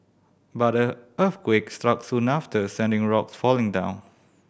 but the earthquake struck soon after sending rocks falling down